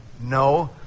No